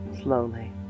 slowly